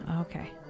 Okay